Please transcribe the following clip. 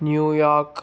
New York